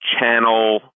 channel